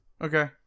Okay